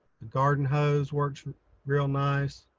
garden hose works real nice.